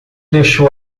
deixou